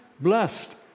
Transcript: Blessed